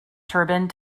turbine